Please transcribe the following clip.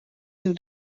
two